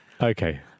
Okay